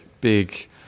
big